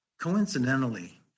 Coincidentally